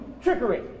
trickery